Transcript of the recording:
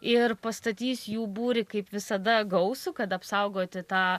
ir pastatys jų būrį kaip visada gausų kad apsaugoti tą